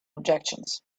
objections